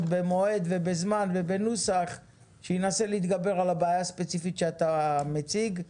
במועד ובזמן ובנוסח שינסה להתגבר על הבעיה הספציפית שאתה מציג.